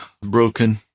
broken